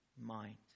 mind